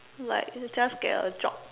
like just get a job